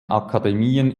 akademien